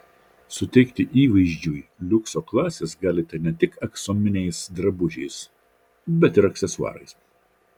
suteikti įvaizdžiui liukso klasės galite ne tik aksominiais drabužiais bet ir aksesuarais